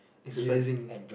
exercising